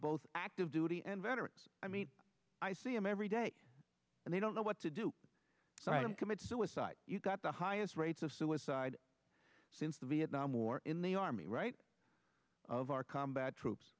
both active duty and veterans i mean i see him every day and they don't know what to do so i don't commit suicide you've got the highest rates of suicide since the vietnam war in the army right of our combat troops